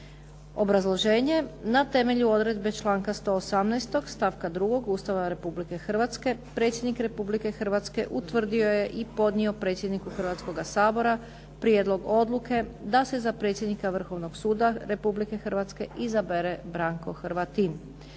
Obrazloženje. Na temelju odredbe članka 118. stavka 2. Ustava Republike Hrvatske Predsjednik Republike Hrvatske utvrdio je i podnio predsjedniku Hrvatskoga sabora prijedlog odluke da se za predsjednika Vrhovnog suda Republike Hrvatske izabere Branko Hrvatin.